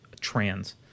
trans